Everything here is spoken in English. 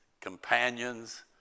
companions